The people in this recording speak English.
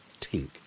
tink